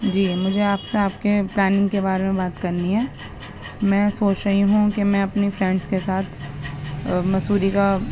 جی مجھے آپ سے آپ کے پلاننگ کے بارے میں بات کرنی ہے میں سوچ رہی ہوں کہ میں اپنے فرینڈس کے ساتھ مسوری کا